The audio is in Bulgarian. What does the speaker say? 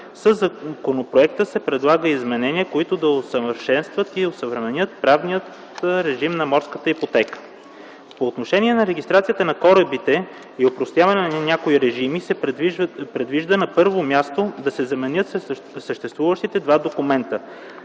Със законопроекта се предлагат изменения, които да усъвършенстват и осъвременят правния режим на морската ипотека. По отношение на регистрацията на корабите и опростяване на някои режими се предвижда на първо място да се заменят съществуващите два документа